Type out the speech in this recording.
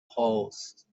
خاست